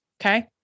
Okay